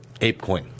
ApeCoin